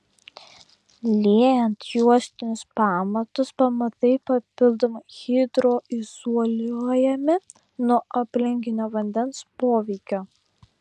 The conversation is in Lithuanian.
liejant juostinius pamatus pamatai papildomai hidroizoliuojami nuo aplinkinio vandens poveikio